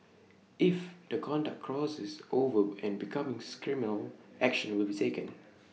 if the conduct crosses over and becomes criminal action will be taken